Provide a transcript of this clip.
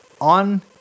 on